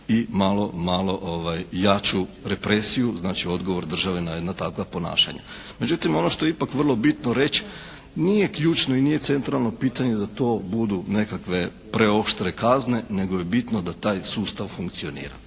malo jaču represiju. Znači odgovor države na takva ponašanja. Međutim ono što je ipak vrlo bitno reći nije ključno i nije centralno pitanje da to budu nekakve preoštre kazne nego je bitno da taj sustav funkcionira.